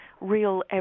real